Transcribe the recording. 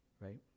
right